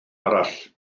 arall